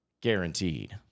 guaranteed